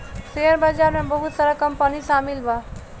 share बाजार में बहुत सारा कंपनी शामिल बा